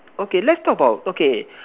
okay let's talk about okay